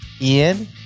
Ian